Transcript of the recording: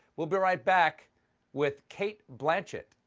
we'll be right back with cate blanchett.